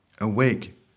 Awake